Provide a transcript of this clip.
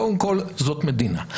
קודם כל זאת מדינה.